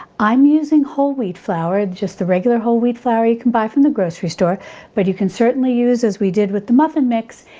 i'm using whole wheat flour, just the regular whole wheat flour you can buy from the grocery store but you can certainly use, as we did with the muffin mix,